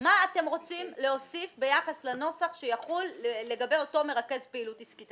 מה אתם רוצים להוסיף ביחס לנוסח שיחול לגבי אותו מרכז פעילות עסקית?